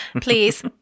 Please